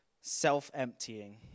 self-emptying